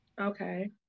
Okay